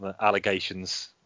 allegations